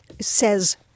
says